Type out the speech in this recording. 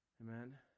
Amen